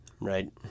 Right